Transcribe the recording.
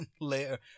later